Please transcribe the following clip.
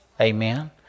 Amen